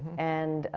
and